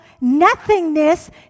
nothingness